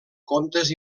contes